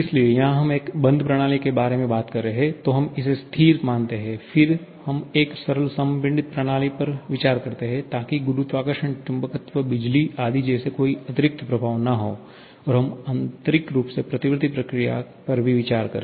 इसलिए यहां हम एक बंद प्रणाली के बारे में बात कर रहे हैं तो हम इसे स्थिर मानते हैं फिर हम एक सरल संपीड़ित प्रणाली पर विचार करते हैं ताकि गुरुत्वाकर्षण चुंबकत्व बिजली आदि जैसे कोई अतिरिक्त प्रभाव न हो और हम आंतरिक रूप से प्रतिवर्ती प्रक्रिया पर भी विचार करें